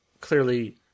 clearly